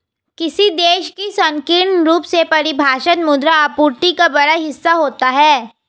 किसी देश की संकीर्ण रूप से परिभाषित मुद्रा आपूर्ति का बड़ा हिस्सा होता है